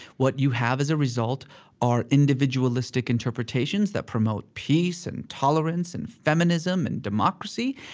what you have as a result are individualistic interpretations that promote peace, and tolerance, and feminism, and democracy.